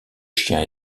chien